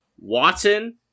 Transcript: Watson